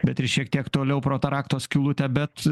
bet ir šiek tiek toliau pro tą rakto skylutę bet